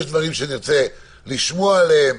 יש דברים שנרצה לשמוע עליהם.